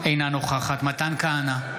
אינה נוכחת מתן כהנא,